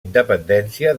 independència